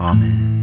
Amen